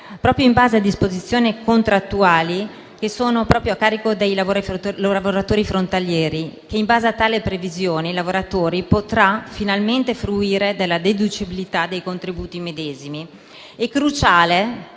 proprio in base a disposizioni contrattuali, che sono a carico dei lavoratori frontalieri. In base a tale previsione, i lavoratori potranno finalmente fruire della deducibilità dei contributi medesimi. Cruciale